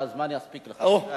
שהזמן יספיק לך.